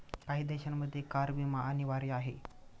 काही देशांमध्ये कार विमा अनिवार्य आहे